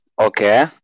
Okay